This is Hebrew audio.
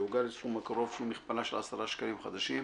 יעוגל לסכום הקרוב שהוא מכפלה של עשרה שקלים חדשים,